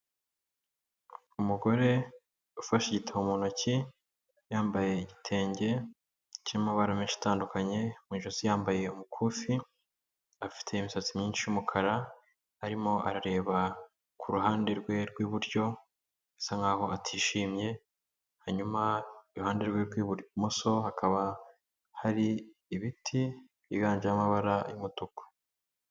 Umugore ufashe igitabo mu ntoki, yambaye igitenge cy'amabara menshi atandukanye mu ijosi yambaye umukufi, afite imisatsi myinshi y'umukara arimo arareba ku ruhande rwe rw'iburyo, bisa nkaho atishimye. Hanyuma iruhande rwe rw'ibumoso hakaba hari ibiti byiganjemo amabara y'umutuku.